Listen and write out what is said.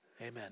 Amen